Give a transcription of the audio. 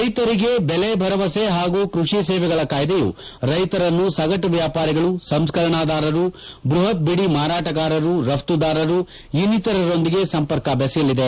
ರೈತರಿಗೆ ಬೆಲೆ ಭರವಸೆ ಹಾಗೂ ಕೃಷಿ ಸೇವೆಗಳ ಕಾಯ್ದೆಯು ರೈತರನ್ನು ಸಗಟು ವ್ಯಾಪಾರಿಗಳು ಸಂಸ್ಕರಣಾದಾರರು ಬೃಹತ್ ಬಿದಿ ಮಾರಾಟಗಾರರು ರಫ್ತದಾರರು ಇನ್ನಿತರರೊಂದಿಗೆ ಸಂಪರ್ಕ ಬೆಸೆಯಲಿದೆ